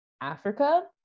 africa